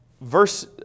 verse